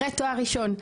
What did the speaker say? אחרי תואר ראשון,